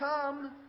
come